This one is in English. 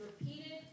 repeated